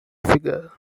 figure